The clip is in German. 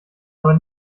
aber